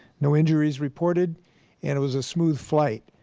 no injuries reported and it was a smooth flight.